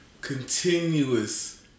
continuous